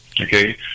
okay